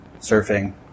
surfing